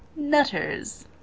Nutters